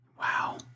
wow